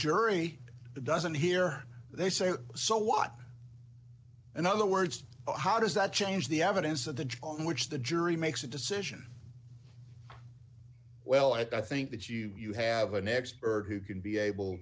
jury doesn't hear they say so what and other words how does that change the evidence of the on which the jury makes a decision well i think that you have an expert who can be able